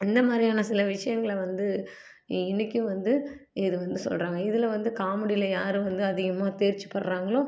இந்த மாதிரியான சில விஷயங்கள வந்து இன்றைக்கும் வந்து இது வந்து சொல்லுறாங்க இதில் வந்து காமெடியில யார் வந்து அதிகமாக தேர்ச்சி பெர்றாங்களோ